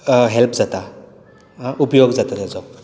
help जाता आं उपयोग जाता ताजो